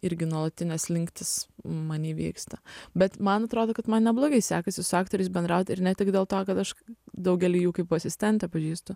irgi nuolatinė slinktis many vyksta bet man atrodo kad man neblogai sekasi su aktoriais bendraut ir ne tik dėl to kad aš daugelį jų kaip asistentė pažįstu